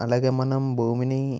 అలాగే మనం భూమిని